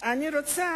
אני רוצה